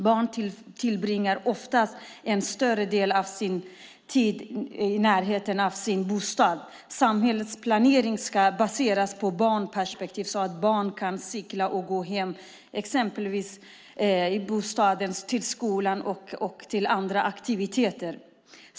Barn tillbringar oftast en större del av sin tid i närheten av bostaden. Samhällets planering ska baseras på barnperspektivet så att barn kan cykla och gå mellan exempelvis bostaden och skolan och till och från andra aktiviteter.